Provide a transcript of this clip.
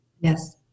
Yes